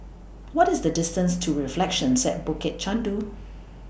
What IS The distance to Reflections At Bukit Chandu